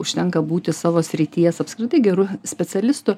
užtenka būti savo srities apskritai geru specialistu